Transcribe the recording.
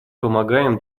помогаем